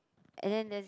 and then there's